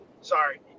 Sorry